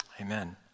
Amen